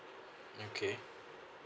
okay